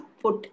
put